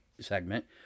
segment